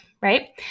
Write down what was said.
right